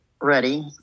ready